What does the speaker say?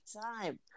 time